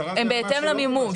המימושים הם בהתאם למימוש.